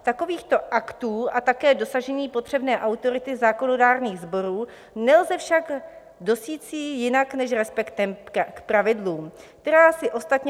Takovýchto aktů a také dosažení potřebné autority zákonodárných sborů nelze však dosíci jinak než respektem k pravidlům, která si ostatně